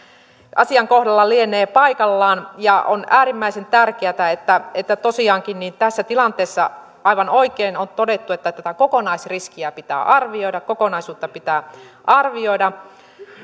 asian kohdalla lienee paikallaan on äärimmäisen tärkeätä että että tosiaankin tässä tilanteessa kuten aivan oikein on todettu tätä kokonaisriskiä pitää arvioida kokonaisuutta pitää arvioida